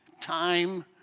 time